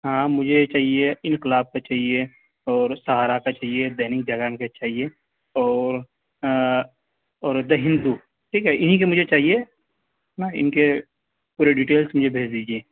ہاں مجھے چاہیے انقلاب کا چاہیے اور سہارا کا چاہیے دینک جاگرن کا چاہیے اور اور دا ہندو ٹھیک ہے انہیں کے مجھے چاہیے ان کے پورے ڈیٹیلس مجھے بھیج دیجیے